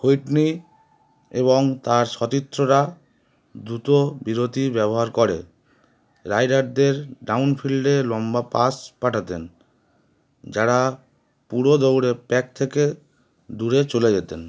Whitney এবং তার সতীথ্ররা দ্রুত বিরতির ব্যবহার করে রাইডারদের ডাউন ফিল্ডে লম্বা পাস পাঠাতেন যারা পুরো দৌড়ে প্যাক থেকে দূরে চলে যেতেন